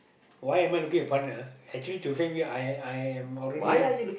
why am I looking a partner actually to frank you I I am already